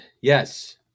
Yes